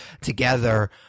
together